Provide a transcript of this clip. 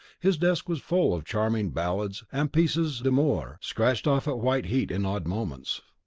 his desk was full of charming ballades and pieces d'amour, scratched off at white heat in odd moments.